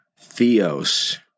theos